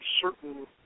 certain